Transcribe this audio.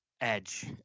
edge